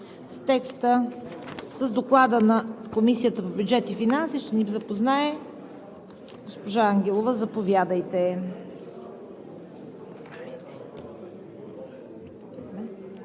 С Доклада на Комисията по бюджет и финанси ще ни запознае госпожа Ангелова. Заповядайте.